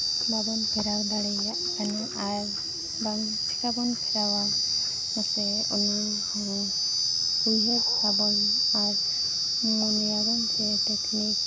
ᱵᱟᱵᱚᱱ ᱯᱷᱮᱨᱟᱣ ᱫᱟᱲᱮᱭᱟᱜ ᱠᱟᱱᱟ ᱟᱨ ᱵᱟᱝ ᱪᱮᱠᱟ ᱵᱚᱱ ᱯᱷᱮᱨᱟᱣᱟ ᱱᱚᱛᱮ ᱚᱱᱟ ᱦᱚᱸ ᱩᱭᱦᱟᱹᱨ ᱟᱵᱚᱱ ᱟᱨ ᱢᱚᱱᱮᱭᱟᱵᱚᱱ ᱡᱮ